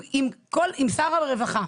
אם שר הרווחה,